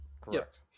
Correct